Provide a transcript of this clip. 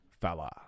fella